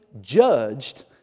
judged